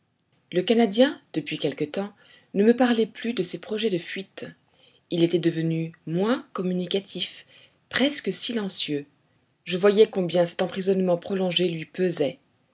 le canadien depuis quelque temps ne me parlait plus de ses projets de fuite il était devenu moins communicatif presque silencieux je voyais combien cet emprisonnement prolongé lui pesait